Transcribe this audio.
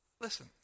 Listen